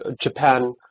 Japan